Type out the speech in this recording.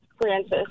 Francis